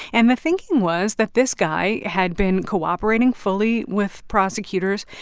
and the thinking was that this guy had been cooperating fully with prosecutors.